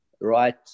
Right